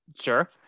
Sure